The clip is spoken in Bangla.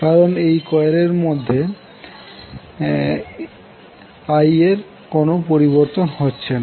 কারণ এই কোয়েলের মধ্যে I এর কোনো পরিবর্তন হচ্ছে না